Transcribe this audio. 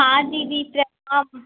हाँ दीदी प्रणाम